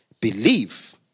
Believe